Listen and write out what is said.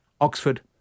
Oxford